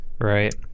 right